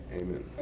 amen